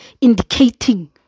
indicating